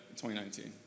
2019